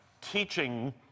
teaching